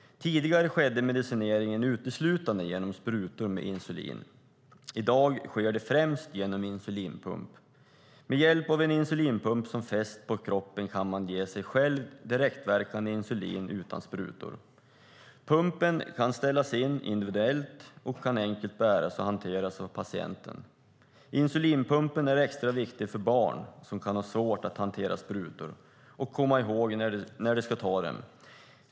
Tidigare skedde medicineringen uteslutande genom sprutor med insulin. I dag sker den främst genom en insulinpump. Med hjälp av en insulinpump som fästs på kroppen kan man ge sig själv direktverkande insulin utan sprutor. Pumpen kan ställas in individuellt och kan enkelt bäras och hanteras av patienten. Insulinpumpen är extra viktig för barn som kan ha svårt att hantera sprutor och komma ihåg när de ska ta dem.